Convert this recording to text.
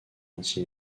anti